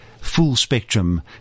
full-spectrum